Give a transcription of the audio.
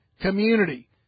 community